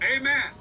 Amen